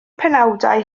penawdau